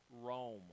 Rome